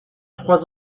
trois